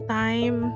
time